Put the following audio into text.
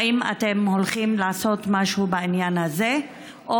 האם אתם הולכים לעשות משהו בעניין הזה או